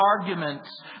arguments